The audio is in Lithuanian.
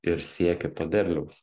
ir sieki to derliaus